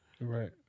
Right